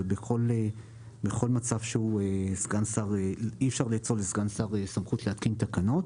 ובכול מצב שאי אפשר לאצול לסגן שר סמכות להתקין תקנות.